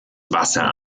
wasser